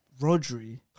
Rodri